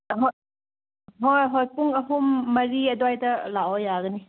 ꯑꯍꯣꯏ ꯍꯣꯏ ꯍꯣꯏ ꯄꯨꯡ ꯑꯍꯨꯝ ꯃꯔꯤ ꯑꯗꯨꯋꯥꯏꯗ ꯂꯥꯛꯑꯣ ꯌꯥꯒꯅꯤ